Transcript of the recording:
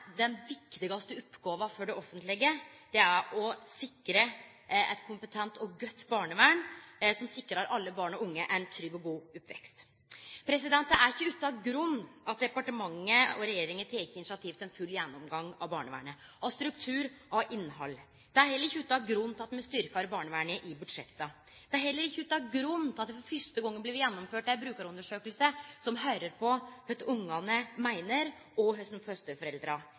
å sikre eit kompetent og godt barnevern som sikrar alle barn og unge ein trygg og god oppvekst. Det er ikkje utan grunn at departementet og regjeringa har teke initiativ til ein full gjennomgang av barnevernet – av struktur og av innhald. Det er heller ikkje utan grunn at me styrkjer barnevernet i budsjetta. Det er heller ikkje utan grunn at det for fyrste gong har blitt gjennomført ei brukarundersøking der ein lyttar til kva barna meiner, og